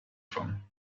from